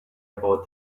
about